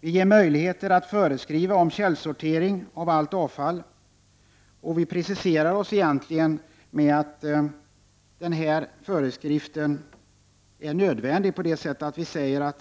Vi ger möjligheter att utfärda föreskrifter om källsortering av allt avfall, och vi preciserar det genom att säga att det är nödvändigt därför att